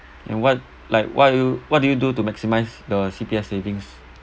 and what like what do you what do you do to maximise the C_P_F savings